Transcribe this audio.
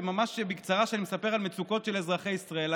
וממש בקצרה אני מספר על מצוקות של אזרחי ישראל,